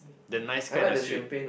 the nice kind of sweet